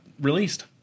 released